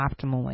optimally